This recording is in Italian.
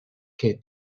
che